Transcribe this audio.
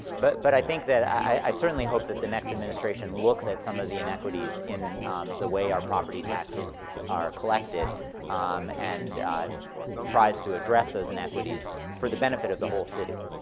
but but i think that, i certainly hope that the next administration looks at some of the inequities in the way our property taxes are collected and tries to address those inequities for the benefit of the whole city.